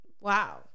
Wow